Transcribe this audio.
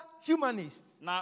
humanists